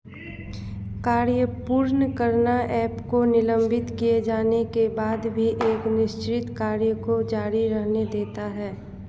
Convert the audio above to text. कार्य पूर्ण करना एप को निलम्बित किए जाने के बाद भी एक निश्चित कार्य को जारी रहने देता है